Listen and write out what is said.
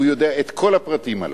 הוא יודע את כל הפרטים עלי.